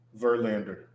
Verlander